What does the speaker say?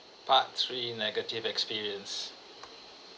part three negative experience